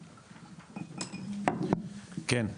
כן.